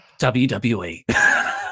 WWE